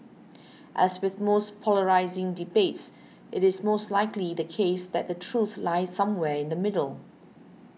as with most polarising debates it is most likely the case that the truth lies somewhere in the middle